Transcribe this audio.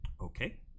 okay